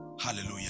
Hallelujah